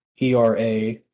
ERA